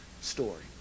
story